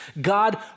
God